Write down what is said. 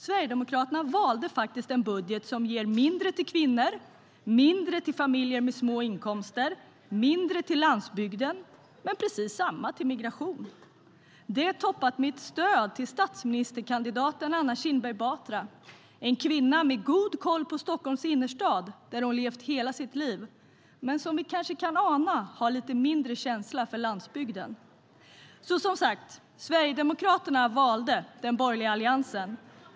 Sverigedemokraterna valde faktiskt en budget som ger mindre till kvinnor, mindre till familjer med små inkomster och mindre till landsbygden - men precis samma till migration. Sverigedemokraterna valde som sagt den borgerliga alliansen.